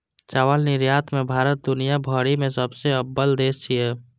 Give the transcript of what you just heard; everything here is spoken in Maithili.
चावल निर्यात मे भारत दुनिया भरि मे सबसं अव्वल देश छियै